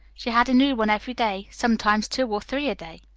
she had a new one every day, sometimes two or three a day.